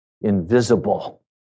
invisible